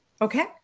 Okay